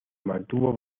mantuvo